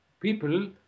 people